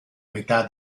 metà